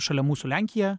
šalia mūsų lenkija